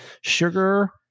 sugar